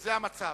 שזה המצב.